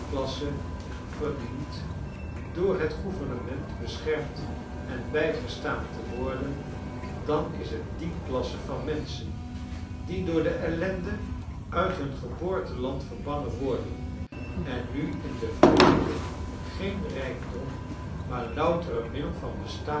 klasse verdient door het gouvernement beschermd en bijgestaan te worden dan is t die klasse van menschen die door de ellende uit hun geboorteland verbannen worden en nu in den vreemde geen rijkdom maar louter een middel van bestaan